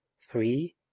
three